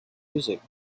music